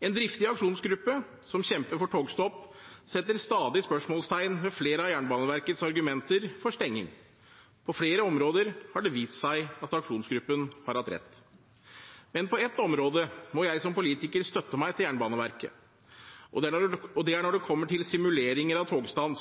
En driftig aksjonsgruppe, som kjemper for togstopp, setter stadig spørsmålstegn ved flere av Jernbaneverkets argumenter for stenging. På flere områder har det vist seg at aksjonsgruppen har hatt rett. Men på ett område må jeg som politiker støtte meg til Jernbaneverket. Det er når det kommer til simuleringer av togstans,